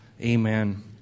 amen